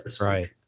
Right